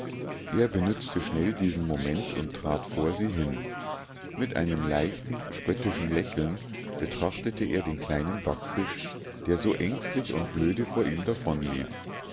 er benützte schnell diesen moment und trat vor sie hin mit einem leichten spöttischen lächeln betrachtete er den kleinen backfisch der so ängstlich und blöde vor ihm